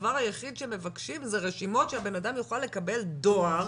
הדבר היחיד שמבקשים זה רשימות שהאדם יוכל לקבל דואר